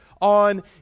on